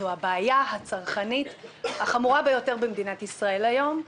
הבעיה הצרכנית החמורה ביותר במדינת ישראל היום,